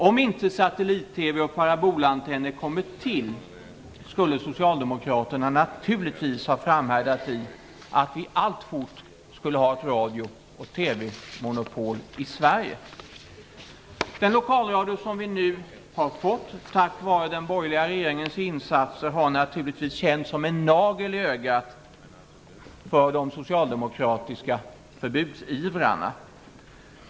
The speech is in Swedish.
Om inte satellit-TV och parabolantenner kommit till, skulle Socialdemokraterna naturligtvis ha framhärdat i att vi alltfort skulle ha ett radio och TV Den lokalradio som vi nu har fått tack vare den borgerliga regeringens insatser har naturligtvis känts som en nagel i ögat för de socialdemokratiska förbudsivrarna.